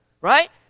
right